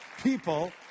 people